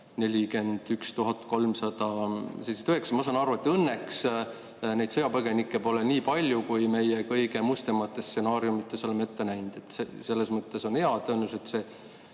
41 379. Ma saan aru, et õnneks neid sõjapõgenikke pole nii palju, kui me kõige mustemates stsenaariumides oleme ette näinud. Selles mõttes on hea. Tõenäoliselt see